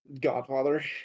Godfather